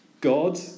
God